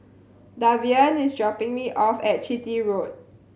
Davian is dropping me off at Chitty Road